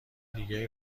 دیگری